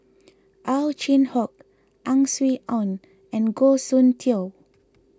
Ow Chin Hock Ang Swee Aun and Goh Soon Tioe